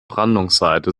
brandungsseite